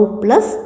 plus